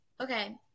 Okay